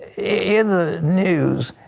in the news,